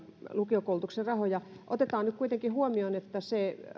lukiokoulutuksen rahoja otetaan nyt kuitenkin huomioon että se